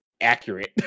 accurate